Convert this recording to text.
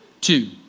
two